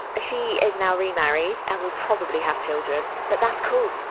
she is now remarried and will probably have children. but that's cool.